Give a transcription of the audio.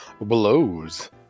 blows